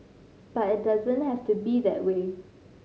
but it doesn't have to be that way